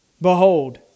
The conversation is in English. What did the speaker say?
Behold